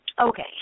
Okay